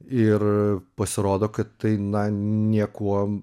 ir pasirodo kad tai na niekuo